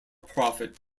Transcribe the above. profit